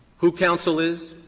who counsel is,